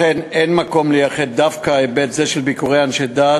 לכן אין מקום לייחד דווקא היבט זה של ביקורי אנשי דת